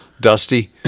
dusty